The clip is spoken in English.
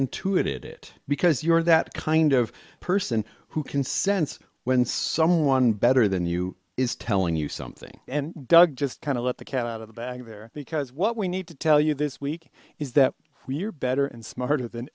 intuited it because you're that kind of person who can sense when someone better than you is telling you something and doug just kind of let the cat out of the bag there because what we need to tell you this week is that we're better and smarter than